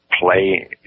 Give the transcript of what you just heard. play